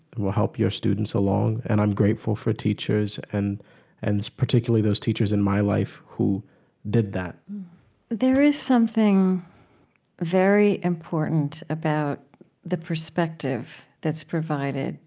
will help your students along. and i'm grateful for teachers and and particularly those teachers in my life who did that there is something very important about the perspective that's provided.